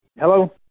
Hello